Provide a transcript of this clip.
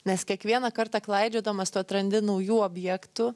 nes kiekvieną kartą klaidžiodamas tu atrandi naujų objektų